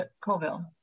Colville